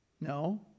No